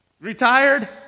retired